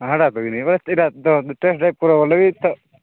ହାଁ ଟା ପିଇବିନି ବା ସେଇଟା ତ ଗଲେ ତ